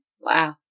Wow